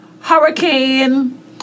hurricane